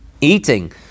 eating